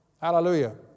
Hallelujah